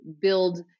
build